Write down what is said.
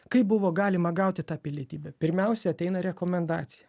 kaip buvo galima gauti tą pilietybę pirmiausia ateina rekomendacija